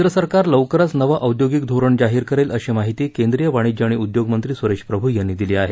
केंद्र सरकार लवकरच नवं औद्योगिक धोरण जाहीर करेल अशी माहिती केंद्रीय वाणिज्य आणि उद्योग मंत्री सुरेश प्रभु यांनी दिली आहे